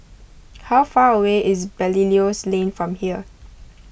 how far away is Belilios Lane from here